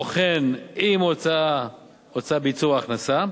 הבוחן אם הוצאה ההוצאה בייצור ההכנסה,